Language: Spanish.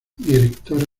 directora